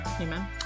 Amen